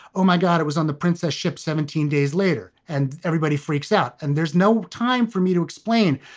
oh, my god, it was on the princess ship seventeen days later and everybody freaks out and there's no time for me to explain.